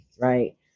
right